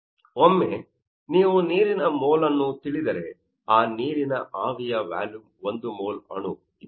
ಒಮ್ಮೆ ನೀವು ನೀರಿನ ಮೋಲ್ ಅನ್ನು ತಿಳಿದರೆ ಆ ನೀರಿನ ಆವಿಯ ವ್ಯಾಲುಮ್ ಒಂದು ಮೋಲ್ ಅಣು 22